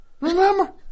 Remember